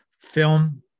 film